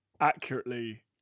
accurately